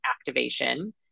activation